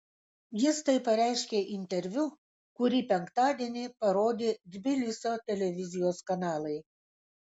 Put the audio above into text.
jis tai pareiškė interviu kurį penktadienį parodė tbilisio televizijos kanalai